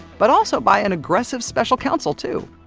but also by an aggressive special counsel too.